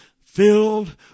filled